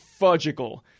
fudgical